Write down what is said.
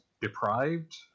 deprived